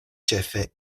ĉefe